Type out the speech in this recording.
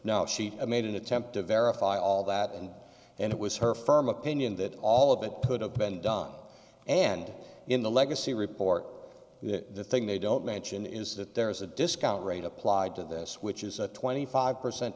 no she made an attempt to verify all that and and it was her firm opinion that all of it put up and done and in the legacy report the thing they don't mention is that there is a discount rate applied to this which is a twenty five percent